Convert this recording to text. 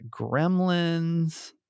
Gremlins